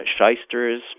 shysters